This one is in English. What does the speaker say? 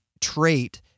trait